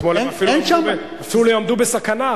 אפילו הועמדו בסכנה,